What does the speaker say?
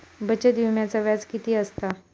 बचत विम्याचा व्याज किती असता?